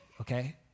okay